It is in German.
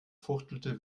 fuchtelte